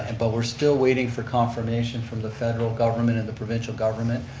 and but we're still waiting for confirmation from the federal government and the provincial government.